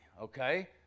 okay